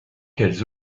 qu’elles